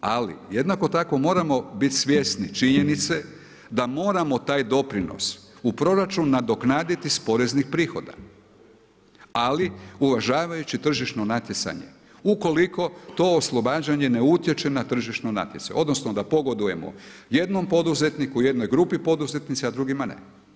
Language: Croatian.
Ali jednako tako moramo bit svjesni činjenice da moramo taj doprinos u proračun nadoknaditi s poreznih prihoda, ali uvažavajući tržišno natjecanje ukoliko to oslobađanje ne utječe na tržišno natjecanje, odnosno da pogodujemo jednom poduzetniku, jednoj grupi poduzetnika, a drugima ne.